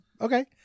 Okay